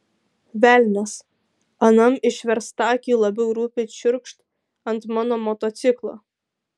velnias anam išverstakiui labiau rūpi čiurkšt ant mano motociklo